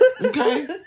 Okay